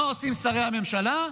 מה עושים שרי הממשלה?